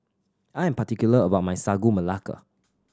I am particular about my Sagu Melaka